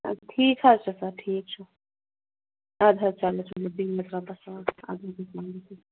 اَدٕ ٹھیٖک حظ چھُ سَر ٹھیٖک چھُ اَدٕ حظ چلو چلو بِہِو حظ رۄبَس حَوال اَدٕ حظ بِہِو